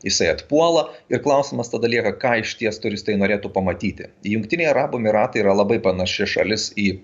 jisai atpuola ir klausimas tada lieka ką išties turistai norėtų pamatyti jungtiniai arabų emyratai yra labai panaši šalis į